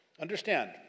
Understand